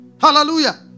hallelujah